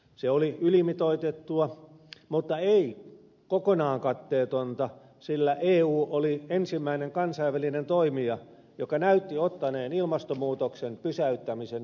se oli ylimitoitettua mutta ei kokonaan katteetonta sillä eu oli ensimmäinen kansainvälinen toimija joka näytti ottaneen ilmastonmuutoksen pysäyttämisen vakavasti